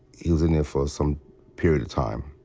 he was in there for some period of time.